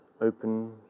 open